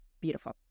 beautiful